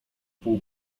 pół